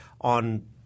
on –